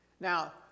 Now